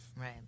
Right